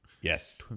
Yes